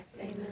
Amen